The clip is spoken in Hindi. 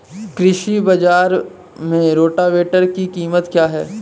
कृषि बाजार में रोटावेटर की कीमत क्या है?